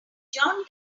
john